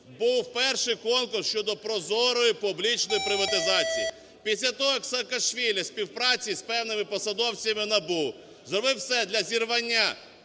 був перший конкурс щодо прозорої публічної приватизації. Після того як Саакашвілі у співпраці з певними посадовцями НАБУ зробив все для зірвання